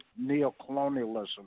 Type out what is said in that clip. neocolonialism